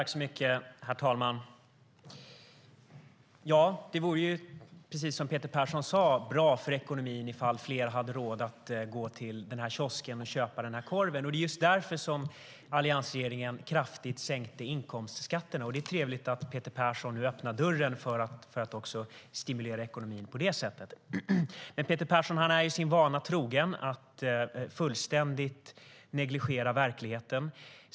Herr talman! Det vore, precis som Peter Persson sa, bra för ekonomin ifall fler hade råd att gå till kiosken och köpa korven. Det var just därför som alliansregeringen kraftigt sänkte inkomstskatterna. Det är trevligt att Peter Persson nu öppnar dörren för att också stimulera ekonomin på det sättet. Men Peter Persson är sin vana trogen att fullständigt negligera verkligheten.